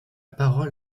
parole